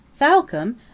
Falcom